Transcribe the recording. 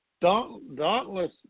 dauntless